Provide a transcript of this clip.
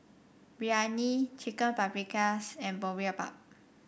Biryani Chicken Paprikas and Boribap